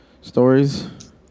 stories